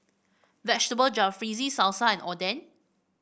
Vegetable Jalfrezi Salsa and Oden